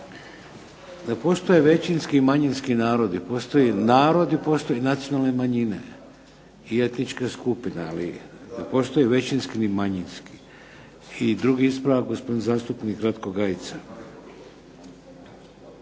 Ne postoje većinski i manjinski narodi, postoji narod i postoje nacionalne manjine i etnička skupina. Ali ne postoji većinski ni manjinski. I drugi ispravak, gospodin zastupnik Ratko Gajica.